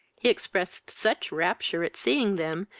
he expressed such rapture at seeing them,